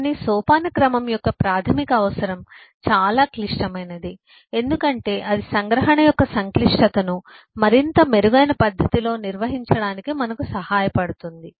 కానీ సోపానక్రమం యొక్క ప్రాథమిక అవసరం చాలా క్లిష్టమైనది ఎందుకంటే ఇది సంగ్రహణ యొక్క సంక్లిష్టతను మరింత మెరుగైన పద్ధతిలో నిర్వహించడానికి మనకు సహాయపడుతుంది